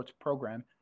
program